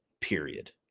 period